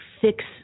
fix